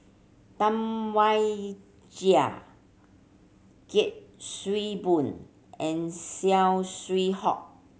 Tam Wai Jia Kuik Swee Boon and Saw Swee Hock